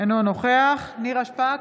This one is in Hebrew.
אינו נוכח נירה שפק,